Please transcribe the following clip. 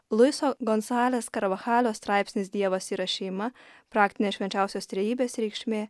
luiso gonsales karvahalio straipsnis dievas yra šeima praktinės švenčiausios trejybės reikšmė